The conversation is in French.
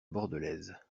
bordelaise